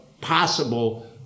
possible